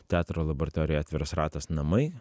teatro laboratorija atviras ratas namai